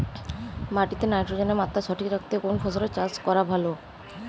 মাটিতে নাইট্রোজেনের মাত্রা সঠিক রাখতে কোন ফসলের চাষ করা ভালো?